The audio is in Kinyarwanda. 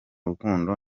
rukundo